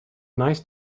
nice